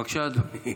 בבקשה, אדוני,